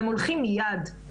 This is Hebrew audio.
והם הולכים מיד,